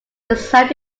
designed